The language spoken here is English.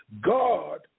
God